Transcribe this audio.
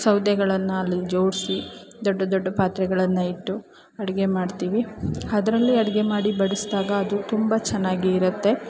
ಸೌದೆಗಳನ್ನು ಅಲ್ಲಿ ಜೋಡಿಸಿ ದೊಡ್ಡ ದೊಡ್ಡ ಪಾತ್ರೆಗಳನ್ನು ಇಟ್ಟು ಅಡುಗೆ ಮಾಡ್ತೀವಿ ಅದ್ರಲ್ಲಿ ಅಡುಗೆ ಮಾಡಿ ಬಡಿಸಿದಾಗ ಅದು ತುಂಬ ಚೆನ್ನಾಗಿ ಇರುತ್ತೆ